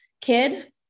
kid